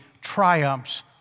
triumphs